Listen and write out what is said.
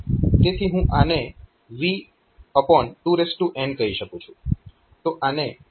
તેથી હું આને V2n કહી શકું છું